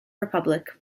republic